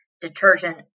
detergent